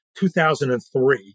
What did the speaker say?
2003